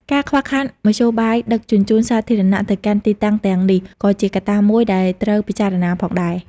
ការខ្វះខាតមធ្យោបាយដឹកជញ្ជូនសាធារណៈទៅកាន់ទីតាំងទាំងនេះក៏ជាកត្តាមួយដែលត្រូវពិចារណាផងដែរ។